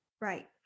right